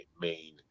main